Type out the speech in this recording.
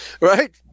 Right